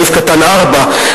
סעיף קטן (ב)(4),